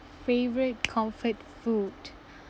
favourite comfort food